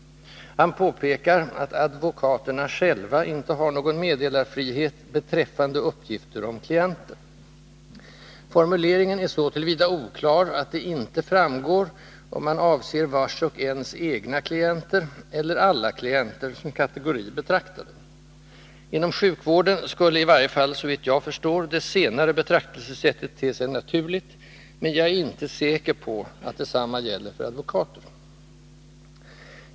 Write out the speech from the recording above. Han påpekar att ”advokaterna själva” inte har någon meddelarfrihet ”beträffande uppgifter om klienter”. Formuleringen är så till vida oklar att det inte framgår om man avser vars och ens egna klienter eller alla klienter, som kategori betraktade. Inom sjukvården skulle i varje fall såvitt jag förstår det senare betraktelsesättet te sig naturligt, men jag är inte säker på att detsamma gäller för advokater.